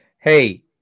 Hey